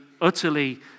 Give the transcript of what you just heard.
utterly